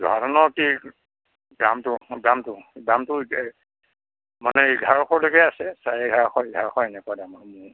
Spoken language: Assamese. জহা ধানৰ কি দামটো দামটো দামটো এতিয়া মানে এঘাৰশলৈকে আছে চাৰে এঘাৰশ এঘাৰশ এনেকুৱা দাম আৰু